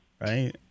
right